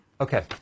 Okay